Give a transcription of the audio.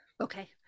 okay